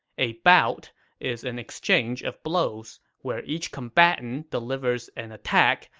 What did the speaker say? a bout is an exchange of blows, where each combatant delivers an attack,